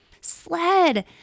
Sled